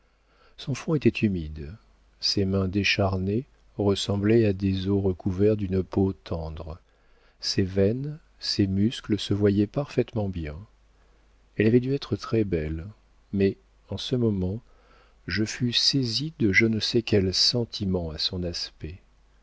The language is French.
son front était humide ses mains décharnées ressemblaient à des os recouverts d'une peau tendre ses veines ses muscles se voyaient parfaitement bien elle avait dû être très belle mais en ce moment je fus saisi de je ne sais quel sentiment à son aspect